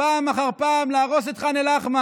נפתלי בנט ביקש והפציר פעם אחר פעם להרוס את ח'אן אל-אחמר,